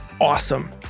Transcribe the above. awesome